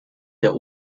der